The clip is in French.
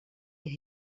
est